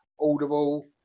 Audible